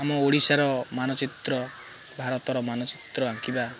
ଆମ ଓଡ଼ିଶାର ମାନଚିତ୍ର ଭାରତର ମାନଚିତ୍ର ଆଙ୍କିବା